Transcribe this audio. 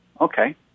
okay